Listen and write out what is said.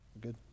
Good